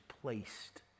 placed